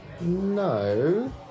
No